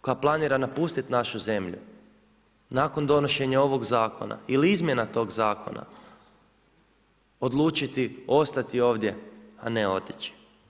koja planira napustit našu zemlju nakon donošenja ovog zakona ili izmjena tog zakona odlučiti ostati ovdje, a ne otići?